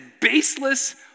baseless